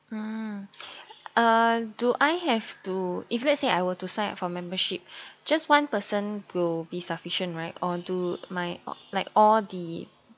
mm uh do I have to if let's say I were to sign for membership just one person will be sufficient right or do my like all the